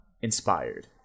inspired